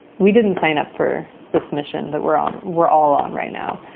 we didn't sign up for this mission that we're on we're all on right now.